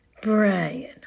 Brian